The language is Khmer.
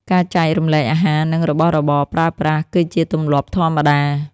ការចែករំលែកអាហារ និងរបស់របរប្រើប្រាស់គឺជាទម្លាប់ធម្មតា។